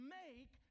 make